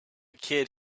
kid